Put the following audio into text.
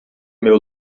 meu